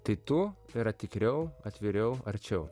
tai tu yra tikriau atviriau arčiau